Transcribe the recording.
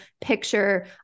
picture